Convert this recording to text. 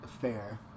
Fair